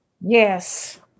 yes